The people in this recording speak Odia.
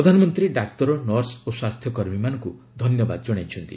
ପ୍ରଧାନମନ୍ତ୍ରୀ ଡାକ୍ତର ନର୍ସ ଓ ସ୍କାସ୍ଥ୍ୟ କର୍ମୀମାନଙ୍କୁ ଧନ୍ୟବାଦ ଜଣାଇଛନ୍ତି